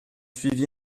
suivi